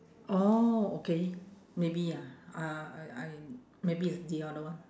oh okay maybe ya uh I I maybe it's the other one